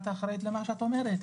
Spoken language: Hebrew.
את אחראית למה שאת אומרת.